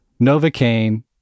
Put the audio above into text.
novocaine